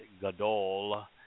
gadol